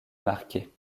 marqué